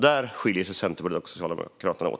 Där skiljer sig Centerpartiet och Socialdemokraterna åt.